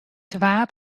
twa